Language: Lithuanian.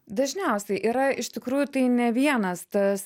dažniausiai yra iš tikrųjų tai ne vienas tas